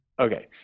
Okay